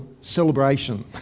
celebration